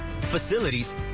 facilities